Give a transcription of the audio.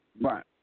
Right